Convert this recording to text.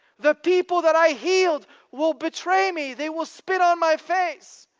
the people that i healed will betray me. they will spit on my face.